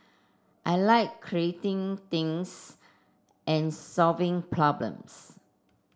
I like creating things and solving problems